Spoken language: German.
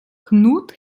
knut